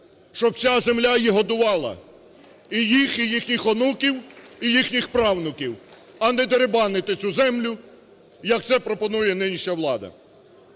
щоб ця земля їх годувала, і їх, і їхніх онуків, і їхніх правнуків. А не дерибанити цю землю, як це пропонує нинішня влада.